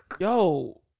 Yo